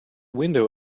window